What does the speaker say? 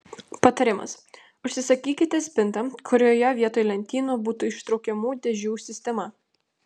patarimas užsisakykite spintą kurioje vietoj lentynų būtų ištraukiamų dėžių sistema